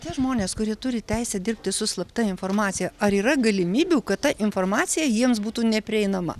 tie žmonės kurie turi teisę dirbti su slapta informacija ar yra galimybių kad ta informacija jiems būtų neprieinama